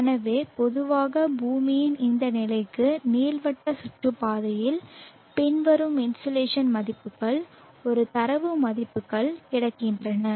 எனவே பொதுவாக பூமியின் இந்த நிலைகளுக்கு நீள்வட்ட சுற்றுப்பாதையில் பின்வரும் இன்சோலேஷன் மதிப்புகள் ஒரு தரவு மதிப்புகள் கிடைக்கின்றன